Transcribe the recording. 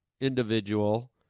individual